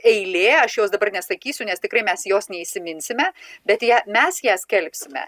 eilė aš jos dabar nesakysiu nes tikrai mes jos neįsiminsime bet ją mes ją skelbsime